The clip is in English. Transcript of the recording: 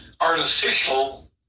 artificial